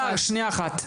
הדר, שנייה אחת.